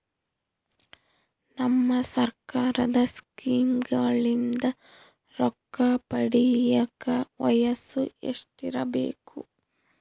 ನಮ್ಮ ಸರ್ಕಾರದ ಸ್ಕೀಮ್ಗಳಿಂದ ರೊಕ್ಕ ಪಡಿಯಕ ವಯಸ್ಸು ಎಷ್ಟಿರಬೇಕು?